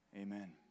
Amen